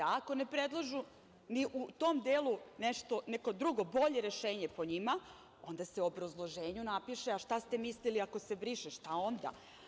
Ako ne predlože, ni u tom delu neko drugo bolje rešenje, po njima, onda se u obrazloženju napiše a šta ste mislili ako se briše, šta onda?